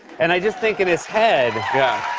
and i just think, in his head yeah.